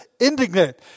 indignant